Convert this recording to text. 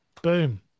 Boom